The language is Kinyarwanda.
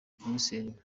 komiseri